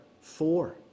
four